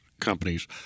companies